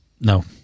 No